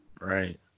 right